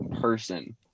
person